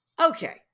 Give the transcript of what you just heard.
Okay